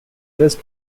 west